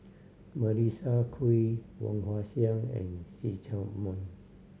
Melissa Kwee Woon Wah Siang and See Chak Mun